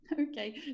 Okay